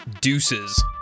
deuces